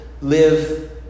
live